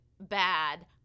bad